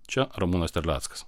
čia ramūnas terleckas